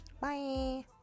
Bye